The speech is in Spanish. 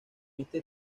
este